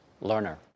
learner